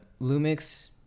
Lumix